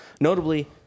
notably